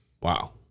Wow